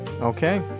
Okay